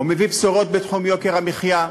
הוא מביא בשורות בתחום יוקר המחיה,